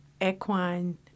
equine